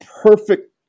perfect